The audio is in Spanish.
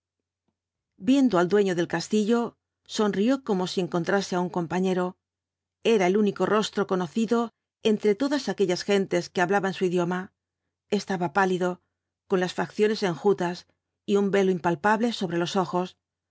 viendo al dueño del castillo sonrió como si encontrase á un compañero era el único rostro conocido entre todas aquellas gentes que hablaban su idioma estaba pálido con las facciones enjutas y un velo impalpable sobre los ojos no